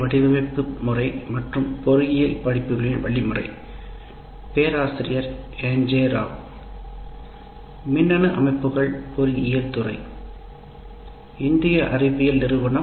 வணக்கம்